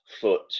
foot